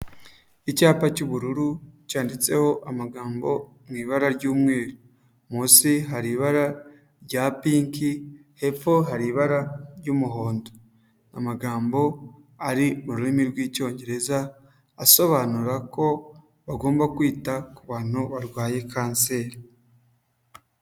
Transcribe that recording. Icyapa cy'ubururu, cyanditseho amagambo mu ibara ry'umweru, munsi hari ibara rya pink, hepfo hari ibara ry'umuhondo, amagambo ari mu rurimi rw'icyongereza, asobanura ko bagomba kwita ku bantu barwaye kanseri.